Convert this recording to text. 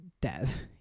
death